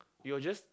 you will just